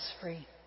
free